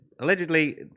Allegedly